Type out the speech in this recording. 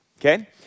okay